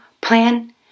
plan